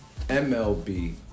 MLB